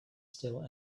still